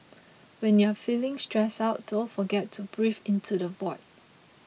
when you are feeling stressed out don't forget to breathe into the void